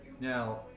Now